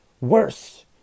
worse